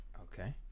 Okay